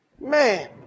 man